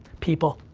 people.